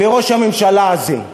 לראש הממשלה הזה.